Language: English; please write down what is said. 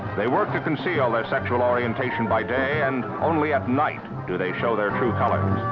they work to conceal their sexual orientation by day, and only at night do they show their true colors.